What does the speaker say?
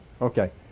okay